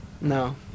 No